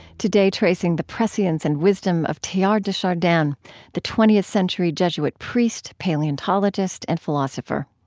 today, tracing the prescience and wisdom of teilhard de chardin the twentieth century jesuit priest, paleontologist, and philosopher.